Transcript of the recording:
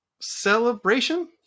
celebration